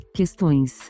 Questões